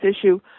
issue